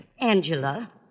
Angela